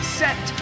set